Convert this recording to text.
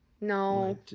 No